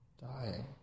dying